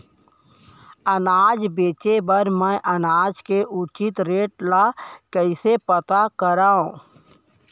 अनाज बेचे बर मैं अनाज के उचित रेट ल कइसे पता करो?